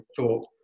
thought